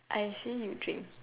I say you drink